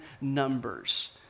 numbers